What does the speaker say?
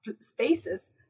spaces